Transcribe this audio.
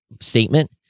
statement